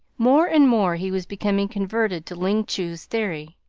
more and more he was becoming converted to ling chu's theory.